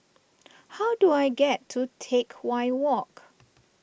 how do I get to Teck Whye Walk